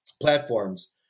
platforms